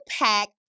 impact